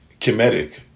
chemetic